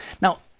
Now